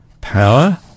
power